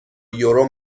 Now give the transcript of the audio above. یورو